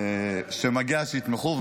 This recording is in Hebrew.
שמגיע שיתמכו,